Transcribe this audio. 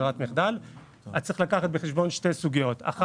כברירת מחדל צריך לקחת בחשבון שתי סוגיות: א',